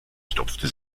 stopfte